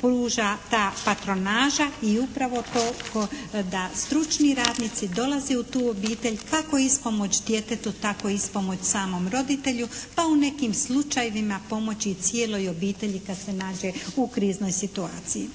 pruža ta patronaža i upravo toliko da stručni radnici dolaze u tu obitelj kako ispomoć djetetu tako ispomoć samom roditelju, pa u nekim slučajevima pomoć i cijeloj obitelji kad se nađe u kriznoj situaciji.